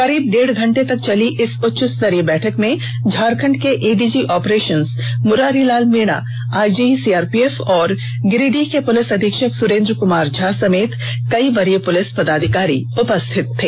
करीब डेढ़ घंटे तक चली इस उच्चस्तरीय बैठक में झारखंड के ADG operation Murarilal Meena IG CRPF और गिरिडीह के पुलिस अधीक्षक सुरेंद्र कुमार झा समेत कई वरीय पुलिस पदाधिकारी उपस्थित थे